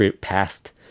past